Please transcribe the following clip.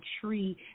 tree